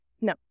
no